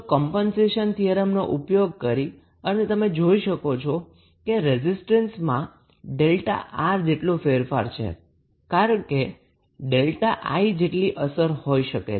તો કમ્પનસેશન થીયરમનો ઉપયોગ કરી અને તમે જોઈ શકો છો કે રેઝિસ્ટન્સમાં 𝛥𝑅 જેટલા ફેરફારને કારણે 𝛥𝐼 જેટલી અસર હોઈ શકે